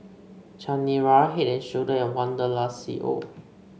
Chanira Head And Shoulder and Wanderlust C O